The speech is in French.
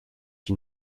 qui